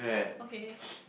okay